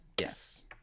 Yes